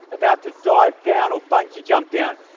about to dive down or bungee jump down.